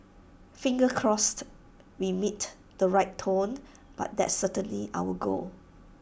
fingers crossed we meet the right tone but that's certainly our goal